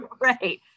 right